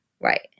Right